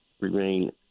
remain